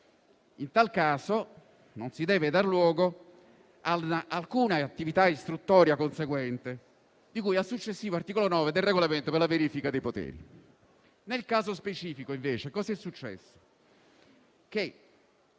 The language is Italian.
In tal caso, non si deve dar luogo ad alcuna attività istruttoria conseguente, di cui al successivo articolo 9 del regolamento per la verifica dei poteri. Nel caso specifico, invece, gli atti non